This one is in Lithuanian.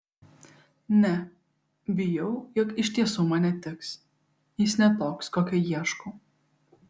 ne bijau jog iš tiesų man netiks jis ne toks kokio ieškau